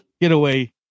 getaway